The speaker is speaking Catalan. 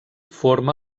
forma